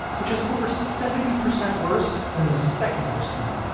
which is over seventy percent worse than the second-worst team.